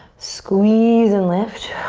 squeeze and lift.